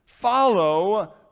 follow